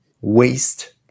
waste